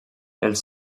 els